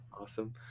Awesome